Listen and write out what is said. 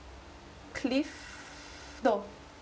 cliff no